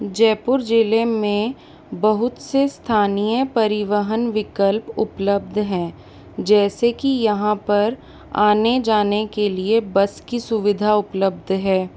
जयपुर ज़िले में बहुत से स्थानीय परिवहन विकल्प उपलब्ध हैं जैसे कि यहाँ पर आने जाने के लिए बस की सुविधा उपलब्ध है